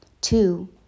Two